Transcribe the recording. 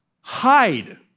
hide